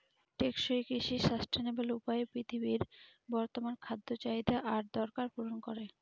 টেকসই কৃষি সাস্টেইনাবল উপায়ে পৃথিবীর বর্তমান খাদ্য চাহিদা আর দরকার পূরণ করে